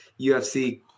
UFC